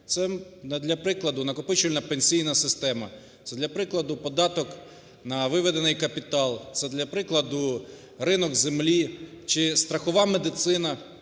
Це для прикладу накопичувальна пенсійна система, це для прикладу податок на виведений капітал, це для прикладу ринок землі чи страхова медицина,